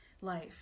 life